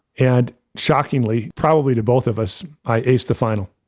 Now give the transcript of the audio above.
and shockingly, probably to both of us, i aced the final.